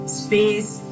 space